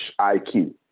IQ